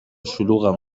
شلوغن